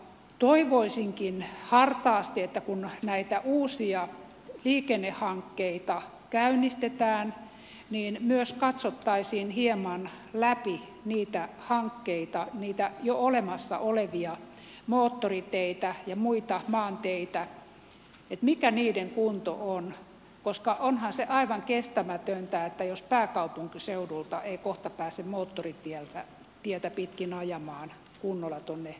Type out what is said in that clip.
toivoisinkin hartaasti että kun näitä uusia liikennehankkeita käynnistetään myös katsottaisiin hieman läpi niitä hankkeita niitä jo olemassa olevia moottoriteitä ja muita maanteitä mikä niiden kunto on koska onhan se aivan kestämätöntä jos pääkaupunkiseudulta ei kohta pääse moottoritietä pitkin ajamaan kunnolla tuonne itään